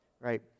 right